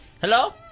Hello